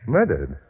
Murdered